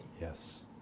Yes